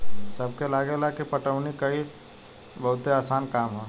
सबके लागेला की पटवनी कइल बहुते आसान काम ह